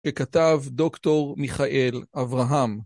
הכתב דוקטור מיכאל אברהם.